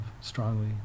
strongly